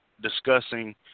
discussing